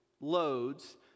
loads